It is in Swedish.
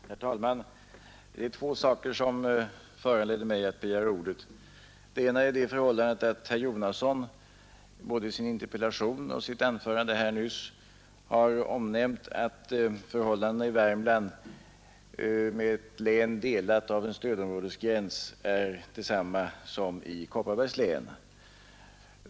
Herr talman! Det är två saker som föranledde mig att begära ordet. Den ena är det förhållandet att herr Jonasson både i sin interpellation och i sitt anförande nyss omnämnt att förhållandena i Värmland med ett län delat av en stödområdesgräns är desamma som i Kopparbergs län.